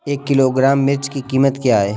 एक किलोग्राम मिर्च की कीमत क्या है?